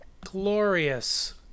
Glorious